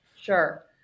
Sure